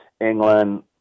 England